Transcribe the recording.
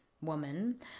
woman